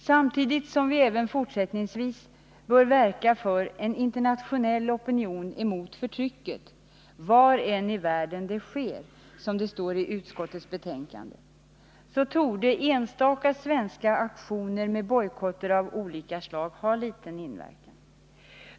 Samtidigt som vi även fortsättningsvis bör verka för en internationell opinion mot förtrycket ”var i världen det än sker”, som det står i utskottets betänkande, torde enstaka svenska aktioner med bojkotter av olika slag ha liten inverkan.